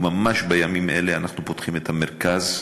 וממש בימים אלה אנחנו פותחים את המרכז,